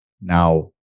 now